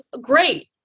great